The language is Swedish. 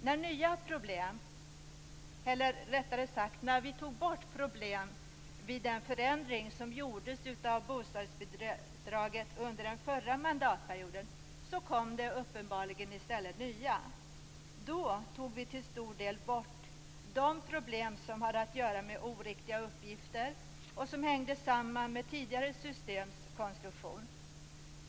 När vi tog bort problem vid den förändring av bostadsbidraget som gjordes under den förra mandatperioden kom det uppenbarligen i stället nya. Då tog vi till stor del bort de problem som hade att göra med oriktiga uppgifter och som hängde samman med tidigare systems konstruktion.